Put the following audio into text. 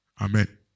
Amen